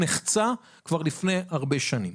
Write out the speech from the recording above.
נחצה כבר לפני הרבה שנים.